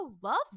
love